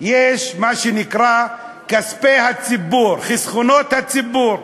יש מה שנקרא כספי הציבור, חסכונות הציבור.